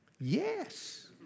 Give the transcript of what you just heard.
Yes